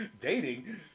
Dating